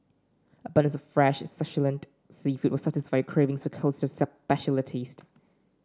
abundance of fresh succulent seafood will satisfy your cravings for coastal specialities